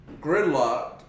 gridlocked